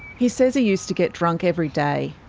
he says he used to get drunk every day,